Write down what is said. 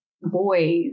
boys